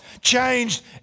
changed